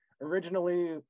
originally